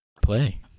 Play